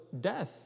death